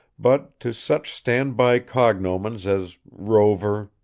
but, to such stand-by cognomens as rover,